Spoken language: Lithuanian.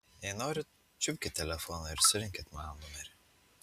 jei norit čiupkit telefoną ir surinkit mano numerį